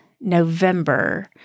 November